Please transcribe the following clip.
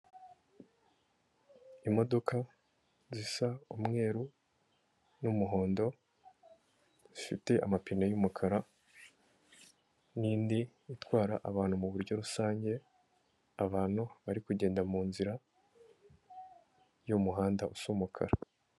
Imodoka zisa umweru n'umuhondo, zifite amapine y'umukara, n'indi itwara abantu mu buryo rusange, abantu bari kugenda mu nzira y'umuhanda usa umukara.